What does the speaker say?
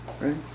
right